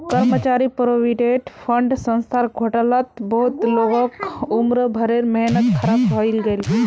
कर्मचारी provident fund संस्थार घोटालात बहुत लोगक उम्र भरेर मेहनत ख़राब हइ गेले